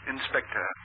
Inspector